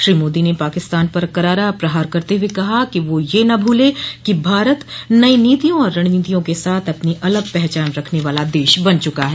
श्री मोदी ने पाकिस्तान पर करारा प्रहार करते हुए कहा कि वह यह न भूले कि भारत नई नीतियों और रणनीतियों के साथ अपनी अलग पहचान रखने वाला देश बन चूका है